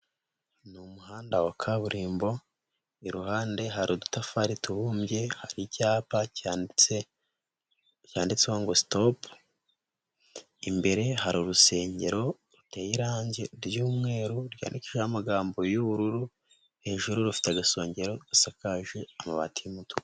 Ni umuhanda wa kaburimbo, iruhande hari udutafari tubumbye, hari icyapa cyanditseho ngo sitopu, imbere hari urusengero ruteye irangi ry'umweru ryandikijeho amagambo y'ubururu, hejuru rufite agasongero gasakaje amabati y'umutuku.